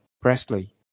Presley